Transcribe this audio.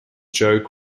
joke